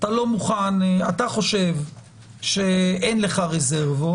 אתה חושב שאין לך רזרבות,